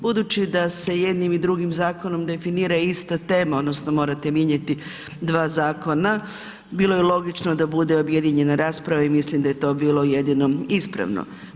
Budući da se jednim i drugim zakonom definira ista tema odnosno morate mijenjati dva zakona, bilo je logično da bude objedinjena rasprava i mislim da je to bilo jedino ispravno.